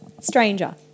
stranger